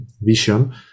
vision